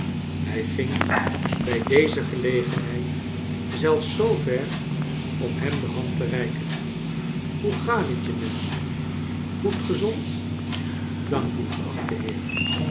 hij ging bij deze gelegenheid zelfs zoo ver om hem de hand te reiken hoe gaat t je nandy goed gezond dank u geachte heer